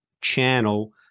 channel